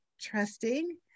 trusting